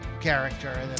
character